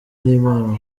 n’inama